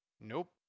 Nope